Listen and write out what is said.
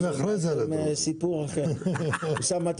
אוסאמה,